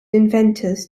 inventors